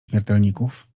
śmiertelników